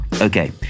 Okay